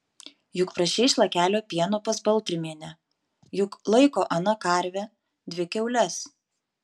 juk prašei šlakelio pieno pas baltrimienę juk laiko ana karvę dvi kiaules